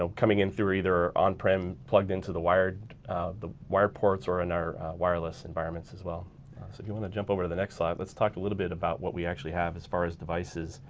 so coming in through either on-prem plugged into the wire the wire ports, or in our wireless environments as well. so if you want to jump over to the next slide let's talk a little bit about what we actually have as far as devices.